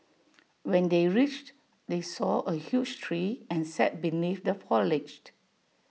when they reached they saw A huge tree and sat beneath the foliage